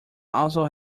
also